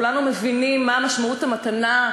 כולנו מבינים מה משמעות המתנה,